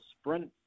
sprint